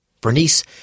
Bernice